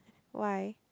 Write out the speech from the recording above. why